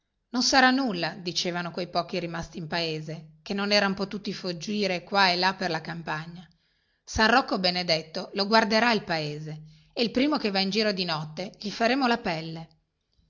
non sarà nulla dicevano quei pochi rimasti in paese che non erano potuti fuggire qua e là per la campagna san rocco benedetto lo guarderà il suo paese e il primo che va in giro di notte gli faremo la pelle